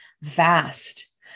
vast